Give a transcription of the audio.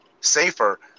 safer